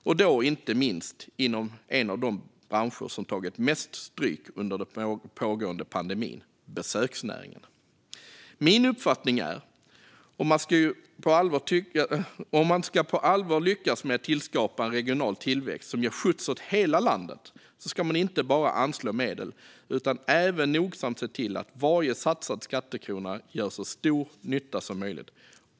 Det gäller inte minst inom en av de branscher som tagit mest stryk under pågående pandemi, det vill säga besöksnäringen. Min uppfattning är att om man på allvar ska lyckas med att tillskapa en regional tillväxt som ger skjuts åt hela landet ska man inte bara anslå medel utan även nogsamt se till att varje satsad skattekrona gör så stor nytta som möjligt.